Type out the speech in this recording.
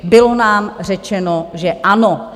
Bylo nám řečeno, že ano.